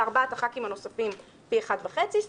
ולארבעת חברי הכנסת הנוספים פי אחד וחצי,